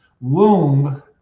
womb